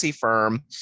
firm